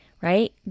Right